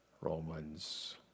Romans